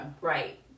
Right